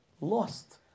Lost